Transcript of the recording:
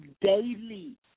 daily